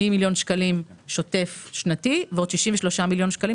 80 מיליון שקלים שוטף שנתי ועוד 63 מיליון שקלים